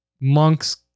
Monk's